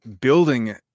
building